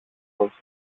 πως